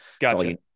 Gotcha